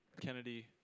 Kennedy